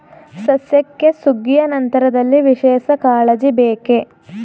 ಸಸ್ಯಕ್ಕೆ ಸುಗ್ಗಿಯ ನಂತರದಲ್ಲಿ ವಿಶೇಷ ಕಾಳಜಿ ಬೇಕೇ?